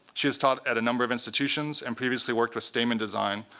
she has taught at a number of institutions and previously worked with stamen design,